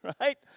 right